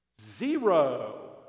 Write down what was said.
Zero